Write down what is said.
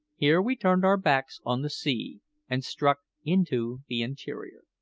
here we turned our backs on the sea and struck into the interior.